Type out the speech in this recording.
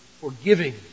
forgiving